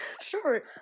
sure